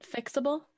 fixable